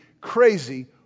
crazy